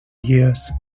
years